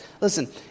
Listen